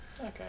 Okay